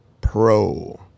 Pro